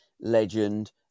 legend